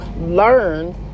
learn